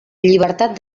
llibertat